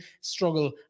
struggle